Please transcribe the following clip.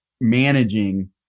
managing